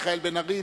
מיכאל בן-ארי,